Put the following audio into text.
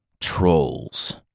Trolls